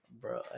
bro